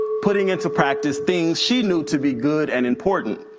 putting into practice things she knew to be good and important.